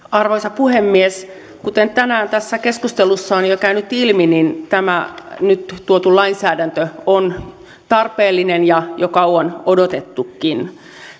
arvoisa puhemies kuten tänään tässä keskustelussa on jo käynyt ilmi niin tämä nyt tuotu lainsäädäntö on tarpeellinen ja jo kauan odotettukin